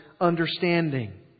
understanding